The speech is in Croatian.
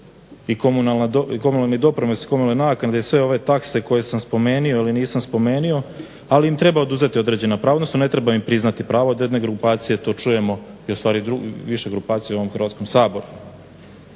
i komunalni doprinos i komunalne naknade i sve ove takse koje sam spomenio ili nisam spomenio. Ali im treba oduzeti određena prava, odnosno ne treba im priznati pravo. Od jedne grupacije to čujemo i u stvari od više grupacija u ovom Hrvatskom saboru.